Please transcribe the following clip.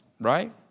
Right